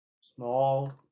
Small